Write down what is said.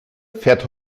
fährt